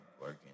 working